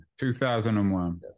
2001